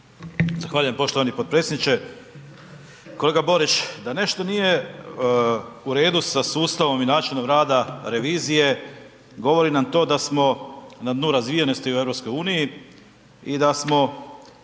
Zahvaljujem poštovani potpredsjedniče. Kolega Borić, da nešto nije u redu sa sustavom i načinom rada revizije, govori nam to da smo na dnu razvijenosti u EU-u i da smo